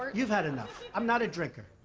you've had enough. i'm not a drinker.